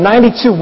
92